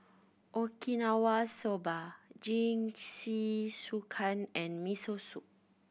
Okinawa Soba Jingisukan and Miso Soup